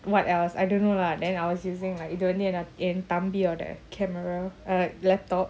what else I don't know lah then I was using like இதுவந்துஎன்தம்பியோட:idhu vandhu en thambioda camera uh laptop